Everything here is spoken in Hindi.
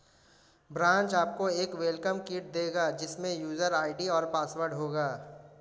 ब्रांच आपको एक वेलकम किट देगा जिसमे यूजर आई.डी और पासवर्ड होगा